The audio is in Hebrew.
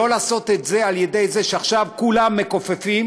לא לעשות את זה על-ידי זה שעכשיו כולם מכופפים